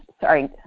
sorry